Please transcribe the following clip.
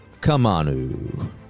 Kamanu